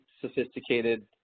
sophisticated